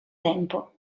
tempo